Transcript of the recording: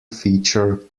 feature